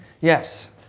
Yes